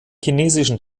chinesischen